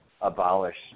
abolish